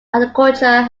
agriculture